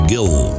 Gill